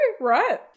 right